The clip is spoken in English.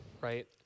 right